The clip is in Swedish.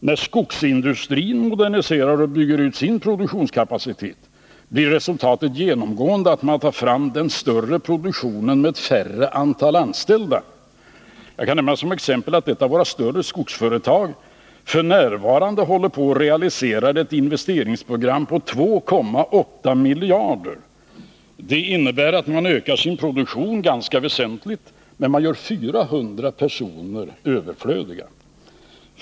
När skogsindustrin moderniserar och bygger ut sin produktionskapacitet, blir resultatet genomgående att man tar fram den större produktionen med ett färre antal anställda. Jag kan som exempel nämna att ett av våra större skogsföretag f. n. håller på att realisera ett investeringsprogram på 2,8 miljarder. Det innebär att man ökar sin produktion ganska väsentligt, men man gör 400 personer överflödiga.